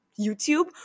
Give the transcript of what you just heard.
YouTube